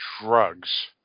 drugs